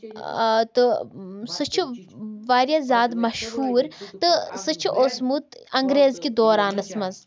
ٲں تہٕ سُہ چھُ وارِیاہ زیادٕ مَشہوٗر تہٕ سُہ چھُ اوٗسمُت اَنگریزکہِ دورانَس منٛز